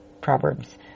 Proverbs